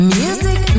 music